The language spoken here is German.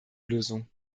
lösung